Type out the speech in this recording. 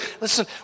Listen